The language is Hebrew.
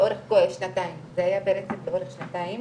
לאורך כל השנתיים, זה היה פרק לאורך שנתיים